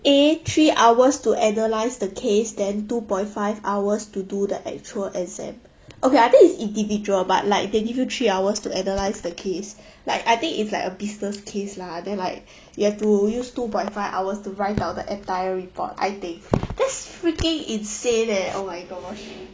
a three hours to analyze the case then two point five hours to do the actual exam okay I think it's individual but like they give you three hours to analyze the case like I think it's like a business case lah then like you have to use two point five hours to write down the entire report I think that's freaking insane leh oh my gosh